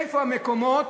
איפה המקומות